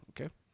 Okay